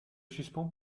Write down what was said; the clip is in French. suspend